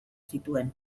zituen